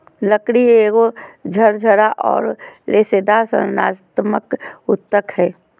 लकड़ी एगो झरझरा औरर रेशेदार संरचनात्मक ऊतक हइ